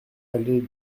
allée